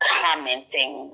commenting